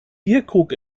bierkrug